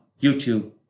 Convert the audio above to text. YouTube